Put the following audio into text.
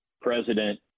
President